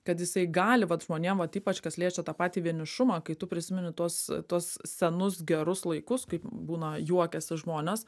kad jisai gali vat žmonėm vat ypač kas liečia tą patį vienišumą kai tu prisimeni tuos tuos senus gerus laikus kai būna juokiasi žmonės